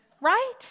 Right